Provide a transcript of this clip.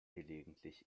gelegentlich